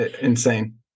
insane